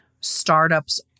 startups